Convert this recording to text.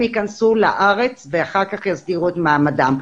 הם יכנסו לארץ ואחר כך יסדירו את מעמדם.